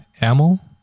Amel